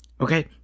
Okay